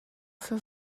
für